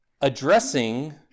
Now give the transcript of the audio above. addressing